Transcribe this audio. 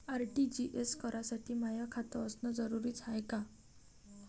RTGS करासाठी माय खात असनं जरुरीच हाय का?